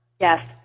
Yes